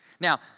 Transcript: Now